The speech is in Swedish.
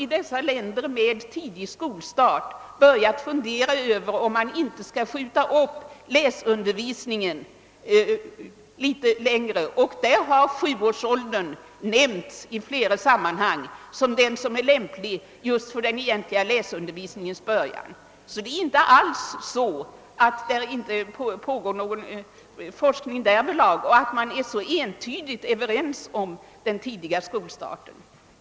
I dessa länder med tidig skolstart har man börjat fundera över om inte läsundervisningen skulle skjutas upp, och sjuårsåldern har därvid nämnts som lämplig för den egentliga läsundervisningens början. Där pågår alltså forskning, och man är ingalunda överens om den tidiga skolstarten.